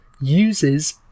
uses